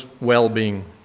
well-being